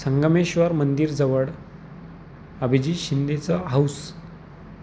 संगमेश्वर मंदिराजवळ अभिजित शिंदेचं हाऊस